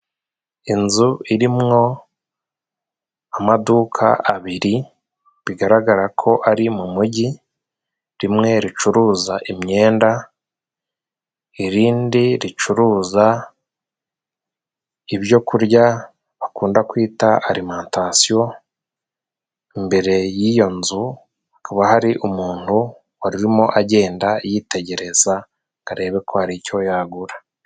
Inzu irimwo amaduka abiri, bigaragara ko ari mu mujyi, rimwe ricuruza imyenda, irindi ricuruza ibyo kurya bakunda kwita alimantasiyo, imbere y'iyo nzu hakaba hari umuntu urimo agenda yitegereza ngo arebe ko hari icyo yagura.